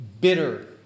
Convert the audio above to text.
bitter